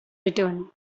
return